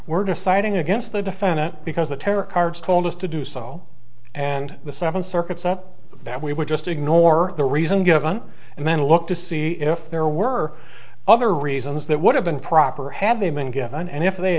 we're deciding against the defendant because the terror cards told us to do so and the seven circuits up that we would just ignore the reason given and then look to see if there were other reasons that would have been proper had they been given and if they